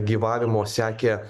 gyvavimo sekė